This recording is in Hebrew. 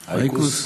אייקוס?